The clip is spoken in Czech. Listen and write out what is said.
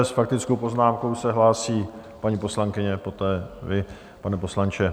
S faktickou poznámkou se hlásí paní poslankyně, poté vy, pane poslanče.